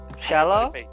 Shallow